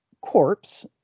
corpse